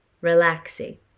relaxing